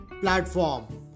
platform